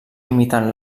imitant